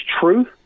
truth